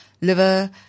liver